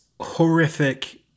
Horrific